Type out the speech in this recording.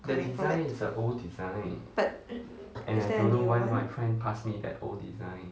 or before but is there a new one